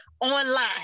online